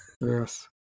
Yes